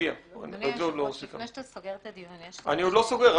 לפני שאתה סוגר את הדיון -- אני עוד לא סוגר.